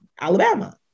Alabama